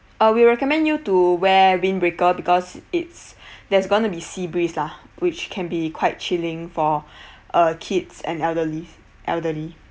uh we recommend you to wear windbreaker because it's there's going to be sea breeze lah which can be quite chilling for uh kids and elderlies elderly